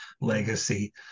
legacy